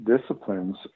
disciplines